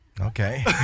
Okay